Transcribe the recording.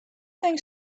think